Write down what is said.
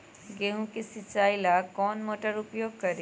गेंहू के सिंचाई ला कौन मोटर उपयोग करी?